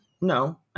No